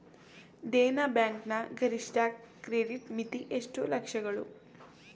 Dena bank ನ ಗರಿಷ್ಠ credit ಮಿತಿ ಎಷ್ಟು ಲಕ್ಷಗಳು?